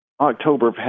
October